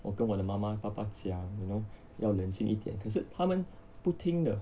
我跟我的妈妈爸爸讲 you know 要冷静一点可是他们不听的